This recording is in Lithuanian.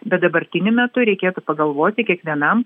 bet dabartiniu metu reikėtų pagalvoti kiekvienam